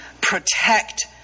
protect